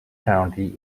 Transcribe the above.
county